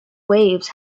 waves